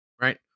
right